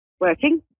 working